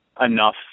enough